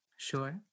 sure